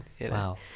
Wow